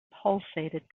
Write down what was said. pulsated